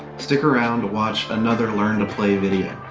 stick around to watch another learn-to-play video.